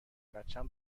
بچم